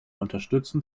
unterstützen